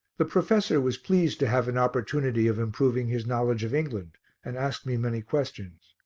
the professor was pleased to have an opportunity of improving his knowledge of england and asked me many questions.